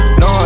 no